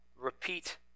repeat